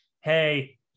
hey